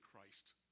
Christ